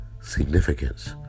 significance